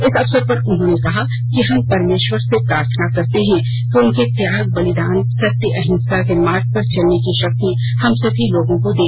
इस अवसर पर उन्होंने कहा कि हम परमेश्वर से प्रार्थना करते हैं कि उनके त्याग बलिदान सत्य अहिंसा के मार्ग पर चलने की शक्ति हम सभी लोगों को दें